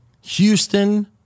Houston